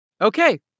Okay